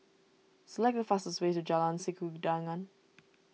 select the fastest way to Jalan Sikudangan